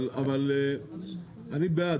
אבל אני בעד.